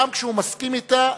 גם כשהוא מסכים אתה,